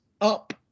up